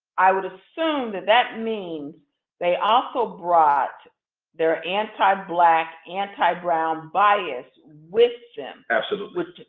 i would assume that means they also brought their anti-black, anti-brown bias, with them absolutely.